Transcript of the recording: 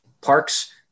parks